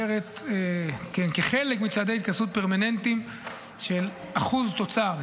כחלק מצעדי התכנסות פרמננטיים של 1% תוצר,